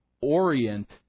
Orient